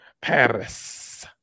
Paris